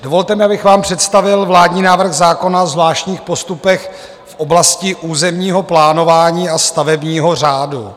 Dovolte mi, abych vám představil vládní návrh zákona o zvláštních postupech v oblasti územního plánování a stavebního řádu.